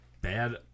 bad